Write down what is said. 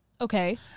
okay